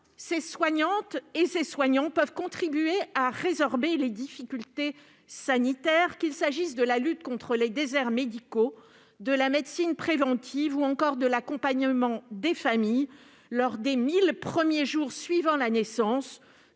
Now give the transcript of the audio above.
! Pourtant, ces soignants peuvent contribuer à résorber les difficultés sanitaires, qu'il s'agisse de la lutte contre les déserts médicaux, de la médecine préventive ou encore de l'accompagnement des familles pendant les mille jours suivant la naissance,